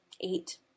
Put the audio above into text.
eight